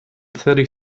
thirty